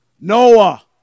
Noah